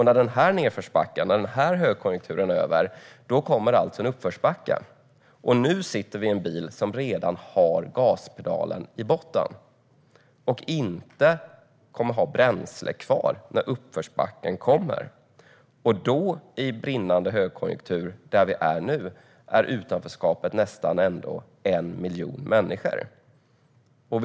När den här nedförsbacken eller högkonjunkturen är över kommer det en uppförsbacke, och vi sitter nu i en bil som redan har gaspedalen i botten och som inte kommer att ha bränsle kvar när uppförsbacken kommer. I brinnande högkonjunktur, där vi är nu, befinner sig nästan 1 miljon människor i utanförskap.